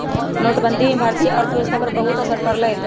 नोटबंदी से भारतीय अर्थव्यवस्था पर बहुत असर पड़ लय